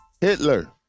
Hitler